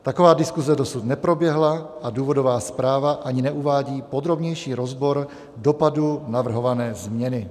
Taková diskuze dosud neproběhla a důvodová zpráva ani neuvádí podrobnější rozbor dopadu navrhované změny.